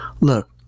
Look